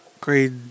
Grade